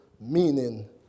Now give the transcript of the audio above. meaning